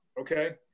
okay